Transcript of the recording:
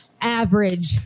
average